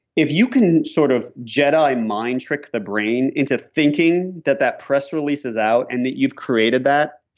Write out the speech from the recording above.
if you can sort of jedi mind trick the brain into thinking that that press release is out and that you've created that,